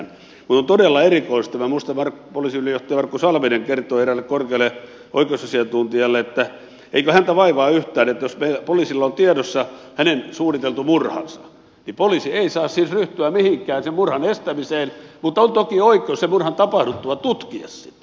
mutta on todella erikoista kun minä muistan että poliisiylijohtaja markku salminen kertoi eräälle korkealle oikeusasiantuntijalle että eikö häntä vaivaa yhtään että jos poliisilla on tiedossa hänen suunniteltu murhansa niin poliisi ei siis saa ryhtyä mihinkään sen murhan estämiseen mutta on toki oikeus sen murhan tapahduttua tutkia sitä